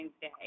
Day